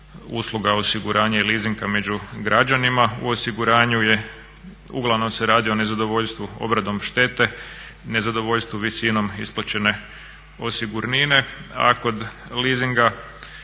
usluga osiguranja i leasinga među građanima. U osiguranju je uglavnom se radi o nezadovoljstvu obradom štete, nezadovoljstvu visinom isplaćene osigurnine a kod leasinga,